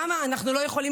למה אנחנו לא יכולים,